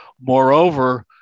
Moreover